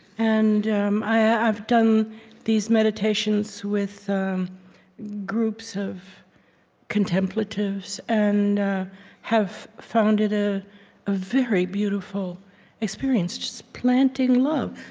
and um i've done these meditations with groups of contemplatives and have found it a very beautiful experience just planting love,